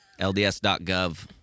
LDS.gov